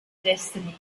destiny